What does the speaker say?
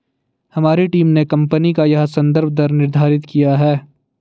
हमारी टीम ने कंपनी का यह संदर्भ दर निर्धारित किया है